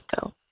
go